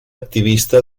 activista